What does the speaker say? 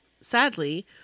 Sadly